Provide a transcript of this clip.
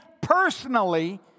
personally